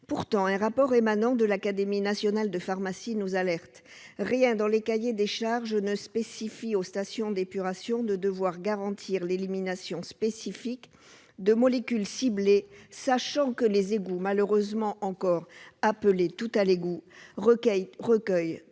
Pourtant, un rapport émanant de l'Académie nationale de pharmacie nous alerte :« Rien dans les cahiers des charges ne spécifie aux stations d'épuration de devoir garantir l'élimination spécifique de molécules ciblées, sachant que les égouts, malheureusement encore appelés tout-à-l'égout, recueillent